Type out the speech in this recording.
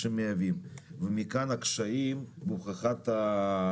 של התחרות.